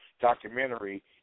documentary